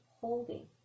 holding